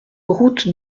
route